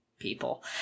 people